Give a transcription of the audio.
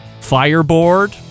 Fireboard